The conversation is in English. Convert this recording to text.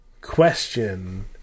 question